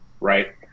Right